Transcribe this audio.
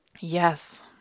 Yes